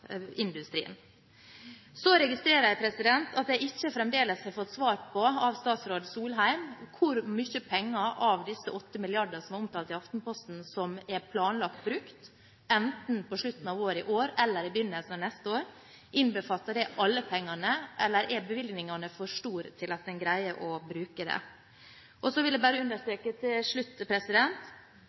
registrerer jeg at jeg fremdeles ikke har fått svar av statsråd Solheim på hvor mye penger, av disse 8 mrd. kr som er omtalt i Aftenposten, som er planlagt brukt enten på slutten av året i år eller i begynnelsen av neste år. Innbefatter det alle pengene, eller er bevilgningene for store til at man greier å bruke dem? Så vil jeg bare til slutt